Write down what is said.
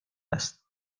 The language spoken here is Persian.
است